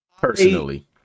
Personally